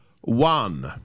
one